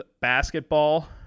basketball